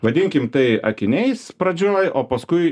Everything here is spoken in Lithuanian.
vadinkim tai akiniais pradžioj o paskui